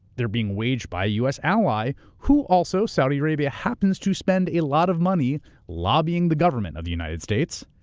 they're being waged by a u. s. ally who also, saudi arabia, happens to spend a lot of money lobbying the government of the united states,